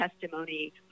testimony